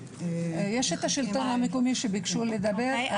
--- יש את השלטון המקומי שביקשו לדבר.